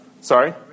Sorry